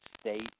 state